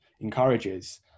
encourages